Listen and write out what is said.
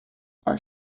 are